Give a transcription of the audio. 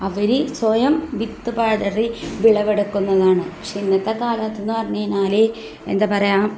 അവർ സ്വയം വിത്ത് പതറി വിളവെടുക്കുന്നതാണ് പക്ഷേ ഇന്നത്തെക്കാലത്തെന്ന് പറഞ്ഞു കഴിഞ്ഞാൽ എന്താ പറയുക